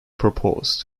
proposed